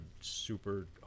super